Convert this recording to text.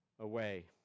away